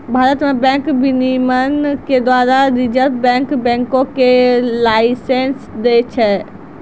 भारत मे बैंक विनियमन के द्वारा रिजर्व बैंक बैंको के लाइसेंस दै छै